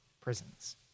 prisons